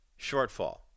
shortfall